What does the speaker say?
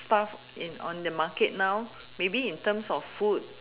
stuff in on the market now maybe in terms of food